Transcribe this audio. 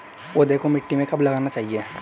पौधे को मिट्टी में कब लगाना चाहिए?